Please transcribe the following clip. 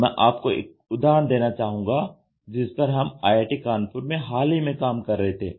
तो मैं आपको एक उदाहरण देना चाहूंगा जिस पर हम आईआईटी कानपुर में हाल ही में काम कर रहे थे